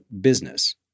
business